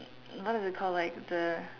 what do they call like the